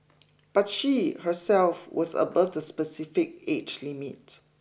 but she herself was above the specified age limit